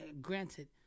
granted